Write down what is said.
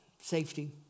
safety